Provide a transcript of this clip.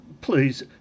please